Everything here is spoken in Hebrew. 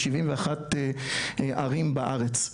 ב- 71 ערים בארץ.